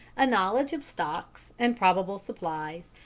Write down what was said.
a knowledge of stocks and probable supplies,